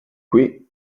qui